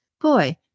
Boy